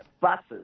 buses